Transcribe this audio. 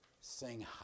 sing